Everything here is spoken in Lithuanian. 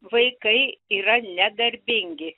vaikai yra nedarbingi